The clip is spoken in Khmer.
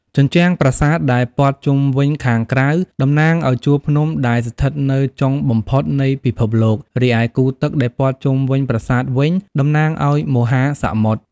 ជញ្ជាំងប្រាសាទដែលព័ទ្ធជុំវិញខាងក្រៅ តំណាងឲ្យជួរភ្នំដែលស្ថិតនៅចុងបំផុតនៃពិភពលោក រីឯគូទឹកដែលព័ទ្ធជុំវិញប្រាសាទវិញ តំណាងឲ្យមហាសមុទ្រ។